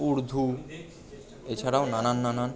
উর্দু এছাড়াও নানান নানান